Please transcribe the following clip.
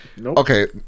Okay